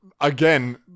again